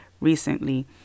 recently